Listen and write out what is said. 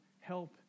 help